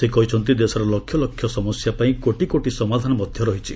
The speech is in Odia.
ସେ କହିଛନ୍ତି ଦେଶର ଲକ୍ଷ ଲକ୍ଷ ସମସ୍ୟା ପାଇଁ କୋଟି କୋଟି ସମାଧାନ ମଧ୍ୟ ରହିଛି